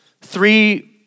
three